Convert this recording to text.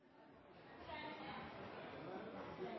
sa. Så